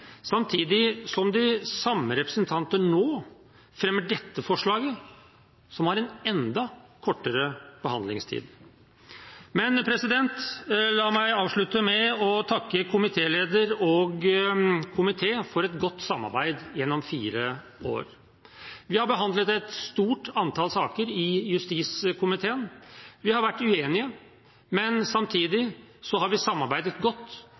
samtidig som de samme representanter nå fremmer dette forslaget, som har en enda kortere behandlingstid. Men la meg avslutte med å takke komitélederen og komiteen for et godt samarbeid gjennom fire år. Vi har behandlet et stort antall saker i justiskomiteen. Vi har vært uenige, men samtidig har vi samarbeidet godt